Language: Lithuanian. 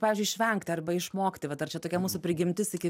pavyzdžiui išvengt arba išmokti vat ar čia tokia mūsų prigimtis iki